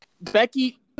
Becky